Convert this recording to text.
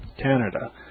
Canada